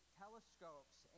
telescopes